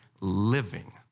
living